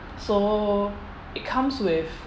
so it comes with